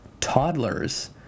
toddlers